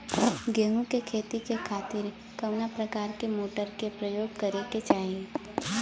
गेहूँ के खेती के खातिर कवना प्रकार के मोटर के प्रयोग करे के चाही?